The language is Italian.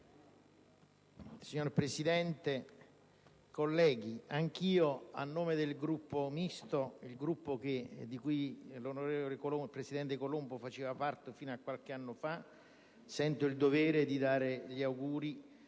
Signor Presidente, colleghi, anch'io, a nome del Gruppo Misto, il Gruppo di cui il presidente Colombo faceva parte fino a qualche anno fa, sento il dovere di fargli gli auguri